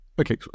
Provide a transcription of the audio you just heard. Okay